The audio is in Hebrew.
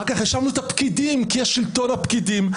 אחר כך האשמנו את הפקידים, כי שלטון הפקידים.